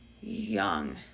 young